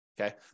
Okay